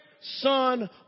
son